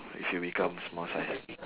if you become small size